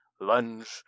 lunge